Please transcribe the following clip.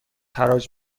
حراج